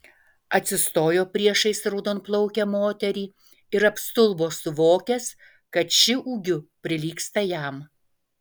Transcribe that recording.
atsistojo priešais raudonplaukę moterį ir apstulbo suvokęs kad ši ūgiu prilygsta jam